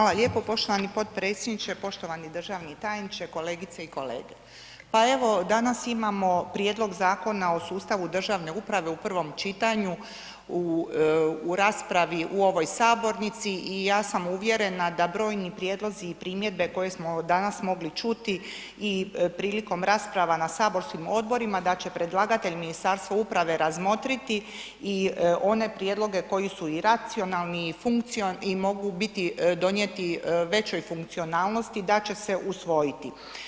Hvala lijepo poštovani potpredsjedniče, poštovani državni tajniče, kolegice i kolege, pa evo danas imamo prijedlog Zakona o sustavu državne uprave u prvom čitanju u raspravi u ovoj sabornici i ja sam uvjerena da brojni prijedlozi i primjedbe koje smo danas mogli čuti i prilikom rasprava na saborskim odborima da će predlagatelj Ministarstvo uprave razmotriti i one prijedloge koji su i racionalni i mogu donijeti većoj funkcionalnosti, da će se usvojiti.